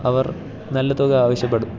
അവർ നല്ല തുക ആവശ്യപ്പെടും